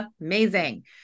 amazing